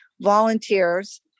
volunteers